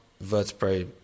vertebrae